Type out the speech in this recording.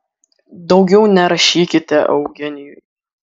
daugiau nerašykite eugenijui